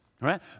right